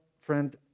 friend